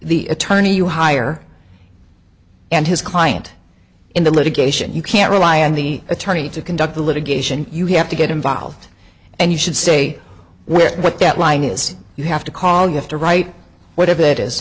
the attorney you hire and his client in the litigation you can't rely on the attorney to conduct the litigation you have to get involved and you should say with what that line is you have to call you have to write whatever it is